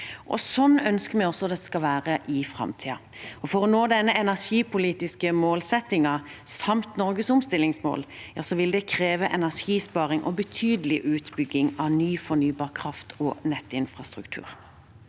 Slik ønsker vi at det også skal være i framtiden. For å nå denne energipolitiske målsettingen samt Norges omstillingsmål vil det kreve energisparing og betydelig utbygging av ny fornybar kraft og nettinfrastruktur.